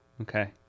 Okay